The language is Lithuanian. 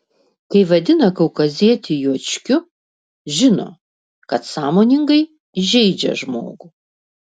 kai vadina kaukazietį juočkiu žino kad sąmoningai įžeidžia žmogų